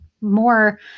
more